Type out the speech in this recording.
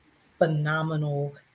phenomenal